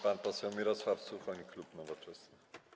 Pan poseł Mirosław Suchoń, klub Nowoczesna.